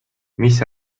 mis